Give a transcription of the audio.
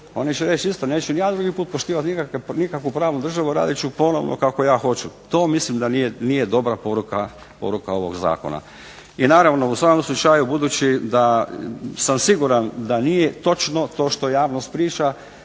Oni će reći isto neću ni ja drugi put poštivati nikakvu pravnu državu, radit ću ponovno kako ja hoću. To mislim da nije dobra poruka ovog zakona. I naravno, u svakom slučaju budući da sam siguran da nije točno to što javnost priča,